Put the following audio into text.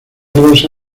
rosa